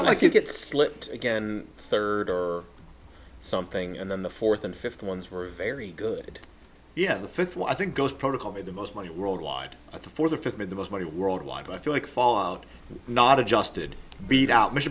pressure like it slipped again third or something and then the fourth and fifth ones were very good yeah the fifth one i think goes protocol be the most money worldwide at the fourth or fifth made the most money worldwide but i feel like fall out not adjusted beat out m